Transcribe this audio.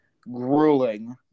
grueling